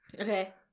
Okay